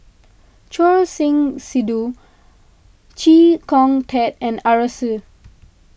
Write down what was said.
Choor Singh Sidhu Chee Kong Tet and Arasu